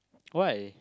why